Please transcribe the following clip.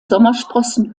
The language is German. sommersprossen